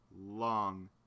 long